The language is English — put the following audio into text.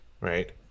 right